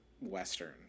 Western